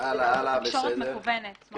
תקשורת מקוונת.